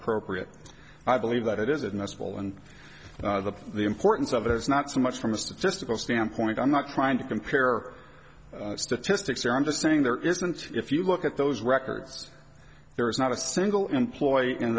appropriate i believe that it is in this fall and the importance of it it's not so much from a statistical standpoint i'm not trying to compare statistics here i'm just saying there isn't if you look at those records there is not a single employee in